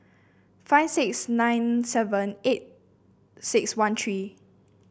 five six nine seven eight six one three